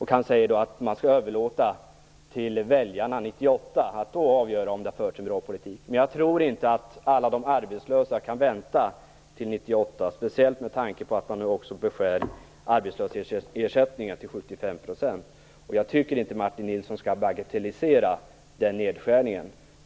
Han säger att man skall överlåta till väljarna att 1998 avgöra om det har förts en bra politik. Jag tror inte att alla de arbetslösa kan vänta till 1998, speciellt med tanke på att man nu också skär ned arbetslöshetsersättningen till 75 %. Jag tycker inte att Martin Nilsson skall bagatellisera den nedskärningen.